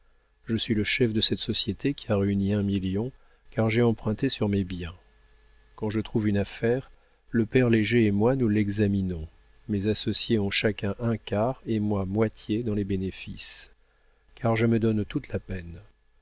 je suis le chef de cette société qui a réuni un million car j'ai emprunté sur mes biens quand je trouve une affaire le père léger et moi nous l'examinons mes associés ont chacun un quart et moi moitié dans les bénéfices car je me donne toute la peine